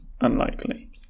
unlikely